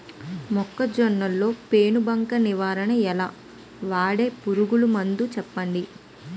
మొక్కజొన్న లో పెను బంక నివారణ ఎలా? వాడే పురుగు మందులు చెప్పండి?